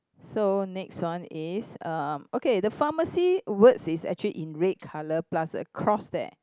so next one is uh okay the pharmacy words is actually in red color plus a cross there